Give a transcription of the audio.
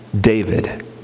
David